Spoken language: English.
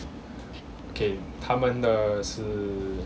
okay 他们的是